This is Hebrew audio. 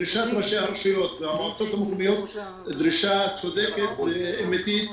ראשי הרשויות והמועצות המקומיות דרשו דרישה צודקת ואמתית.